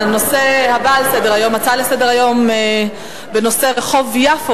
הנושא הבא על סדר-היום: סגירת רחוב יפו